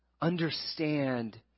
Understand